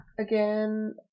Again